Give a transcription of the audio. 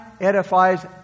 edifies